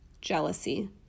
jealousy